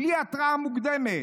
בלי התראה מוקדמת,